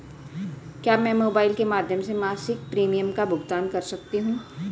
क्या मैं मोबाइल के माध्यम से मासिक प्रिमियम का भुगतान कर सकती हूँ?